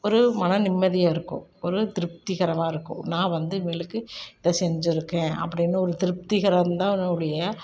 ஒரு மன நிம்மதியாக இருக்கும் ஒரு திருப்தி கரமாக இருக்கும் நான் வந்து இவங்களுக்கு இதை செஞ்சிருக்கேன் அப்படின்னு ஒரு திருப்திகரம் தானே ஒழிய